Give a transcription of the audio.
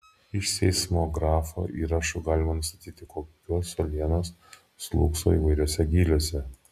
iš seismografo įrašų galima nustatyti kokios uolienos slūgso įvairiuose gyliuose